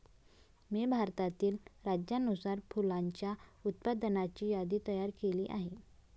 मी भारतातील राज्यानुसार फुलांच्या उत्पादनाची यादी तयार केली आहे